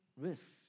risks